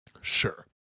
sure